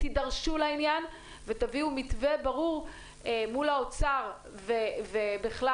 תדרשו לעניין ותביאו מתווה ברור מול האוצר ובכלל,